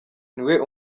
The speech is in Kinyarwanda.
niwe